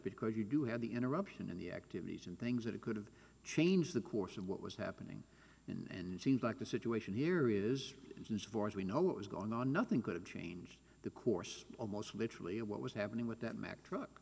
because you do have the interruption in the activities and things that could have changed the course of what was happening in seems like the situation here is as far as we know it was going on nothing could have changed the course almost literally what was happening with that mack truck